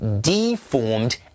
deformed